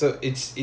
okay